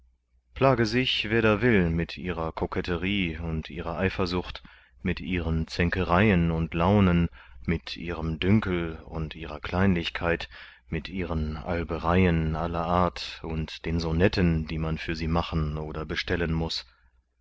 plage sich wer da will mit ihrer koketterie und ihrer eifersucht mit ihren zänkereien und launen mit ihrem dünkel und ihrer kleinlichkeit mit ihren albereien aller art und den sonetten die man für sie machen oder bestellen muß